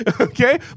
Okay